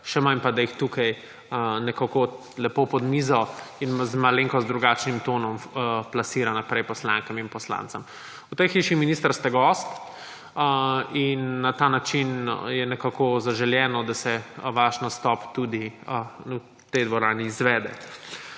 še manj pa da jih tukaj nekako lepo pod mizo in z malenkost drugačnim tonom plasira naprej poslankam in poslancem. V tej hiši, minister, ste gost in na ta način je nekako zaželeno, da se vaš nastop tudi v tej dvorani izvede.